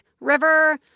river